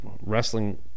wrestling